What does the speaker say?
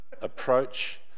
approach